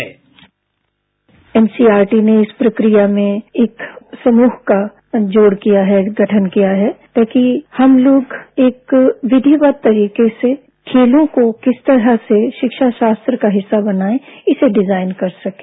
sound bite NCERT ने इस प्रक्रिया में एक समूह का गठजोड़ किया है गठन किया है ताकि हम लोग एक विधिवत तरीके से खेलों को किस तरह से शिक्षा शास्त्र का हिस्सा बनाएं इसे डिजाइन कर सकें